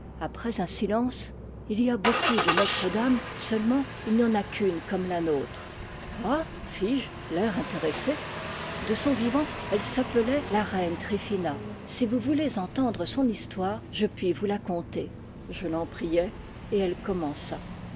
après un silence il y a beaucoup de notre-dame seulement il n'y en a qu'une comme la nôtre ah fis-je l'air intéressé de son vivant elle s'appelait la reine tryphina si vous voulez entendre son histoire je puis vous la conter je l'en priai et elle commença